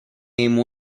name